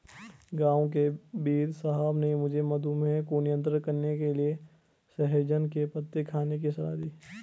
गांव के वेदसाहब ने मुझे मधुमेह को नियंत्रण करने के लिए सहजन के पत्ते खाने की सलाह दी है